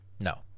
No